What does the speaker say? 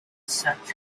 such